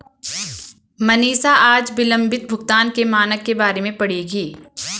मनीषा आज विलंबित भुगतान के मानक के बारे में पढ़ेगी